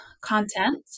content